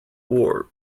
war